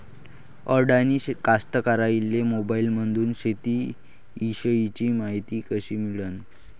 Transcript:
अडानी कास्तकाराइले मोबाईलमंदून शेती इषयीची मायती कशी मिळन?